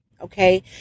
okay